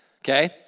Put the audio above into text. okay